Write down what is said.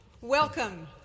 Welcome